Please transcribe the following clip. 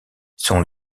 sont